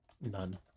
None